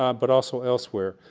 um but also elsewhere.